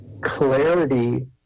clarity